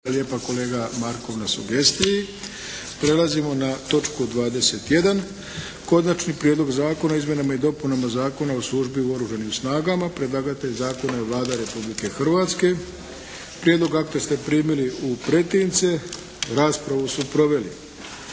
lijepa kolega Markov na sugestiji. Prelazimo na točku 21. - Konačni prijedlog Zakona o izmjenama i dopunama Zakona o službi Oružanim snagama, drugo čitanje P.Z. br. 659 Predlagatelj zakona je Vlada Republike Hrvatske. Prijedlog akta ste primili u pretince. Raspravu su proveli